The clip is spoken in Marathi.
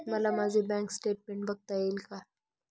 मला माझे बँक स्टेटमेन्ट बघता येईल का?